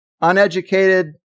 uneducated